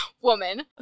woman